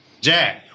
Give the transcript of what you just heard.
Jack